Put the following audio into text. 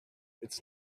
it’s